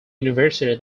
university